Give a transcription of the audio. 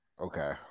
Okay